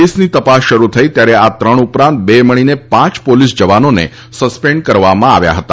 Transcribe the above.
કેસની તપાસ શરૂ થઈ ત્યારે આ ત્રણ ઉપરાંત અન્ય બે મળીને પાંચ પોલીસ જવાનોને સસ્પેન્ડ કરવામાં આવ્યા હતા